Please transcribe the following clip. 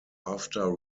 after